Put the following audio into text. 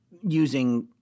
using